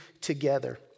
together